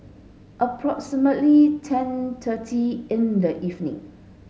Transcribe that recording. approximately ten thirty in the evening